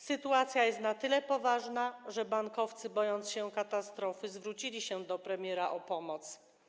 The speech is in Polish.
Sytuacja jest na tyle poważna, że bankowcy, bojąc się katastrofy, zwrócili się do premiera o pomoc.